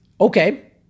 okay